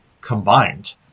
combined